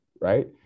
right